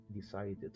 decided